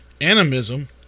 animism